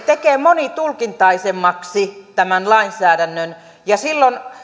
tekee monitulkintaisemmaksi tämän lainsäädännön ja